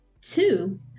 Two